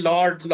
Lord